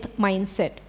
mindset